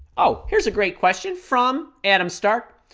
oh here's a great question from adam stark